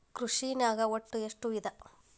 ಕೃಷಿನಾಗ್ ಒಟ್ಟ ಎಷ್ಟ ವಿಧ?